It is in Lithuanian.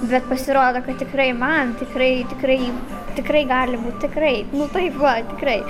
bet pasirodo kad tikrai man tikrai tikrai tikrai gali būt tikrai nu taip va tikrai